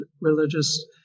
religious